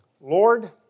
Lord